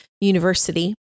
University